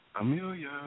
Amelia